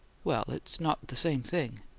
well, it's not the same thing.